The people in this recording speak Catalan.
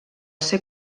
ser